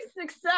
success